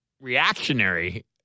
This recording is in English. reactionary